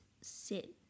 sit